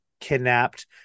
kidnapped